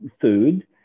food